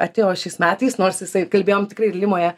atėjo šiais metais nors jisai kalbėjom tikrai limoje